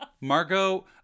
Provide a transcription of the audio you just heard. Margot